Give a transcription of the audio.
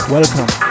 Welcome